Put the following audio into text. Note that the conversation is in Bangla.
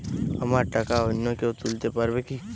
আমার টাকা অন্য কেউ তুলতে পারবে কি?